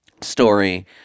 story